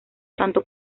tanto